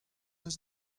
eus